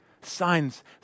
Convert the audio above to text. Signs